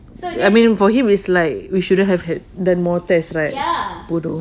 I mean for him is like we shouldn't have had done more tests right bodoh